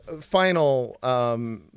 final